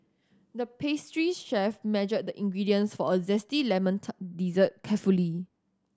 the pastry chef measured the ingredients for a zesty lemon dessert carefully